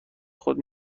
خود